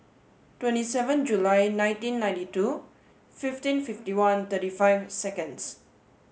twenty seven July ninety nineteen two fifteen fifty one thirty five seconds